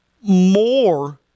more